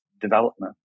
development